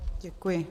Děkuji.